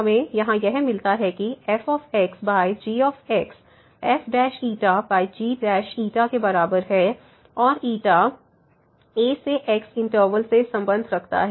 हमें यहां यह मिलता है कि f g fξgξ के बराबर है और a से x इंटरवल से संबंध रखता है